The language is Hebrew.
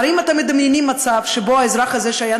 האם אתם מדמיינים מצב שבו אזרח שהיה,